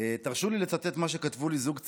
תרשו לי לצטט מה שכתב לי זוג צעיר: